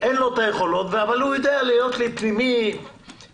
אבל הוא יוכל להיות פנימאי.